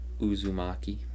Uzumaki